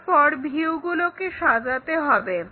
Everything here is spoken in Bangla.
তারপর ভিউগুলোকে সাজাতে হবে